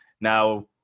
now